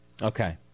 Okay